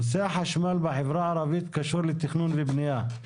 נושא החשמל בחברה הערבית קשור לתכנון ובניה,